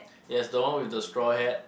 yes the one with the straw hat